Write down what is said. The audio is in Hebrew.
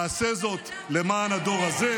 אתה אפילו לא הבן אדם שהיית.